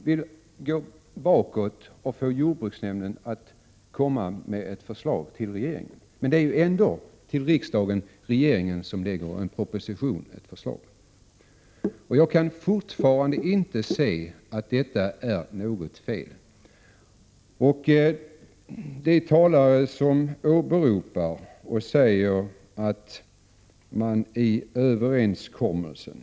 Visserligen vill regeringen att jordbruksnämnden skall komma med ett förslag, men det är ändå regeringen som lägger fram propositioner för riksdagen. Jag kan fortfarande inte se att detta är något fel. Några talare åberopar att man har en överenskommelse.